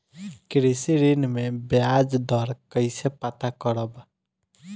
कृषि ऋण में बयाज दर कइसे पता करब?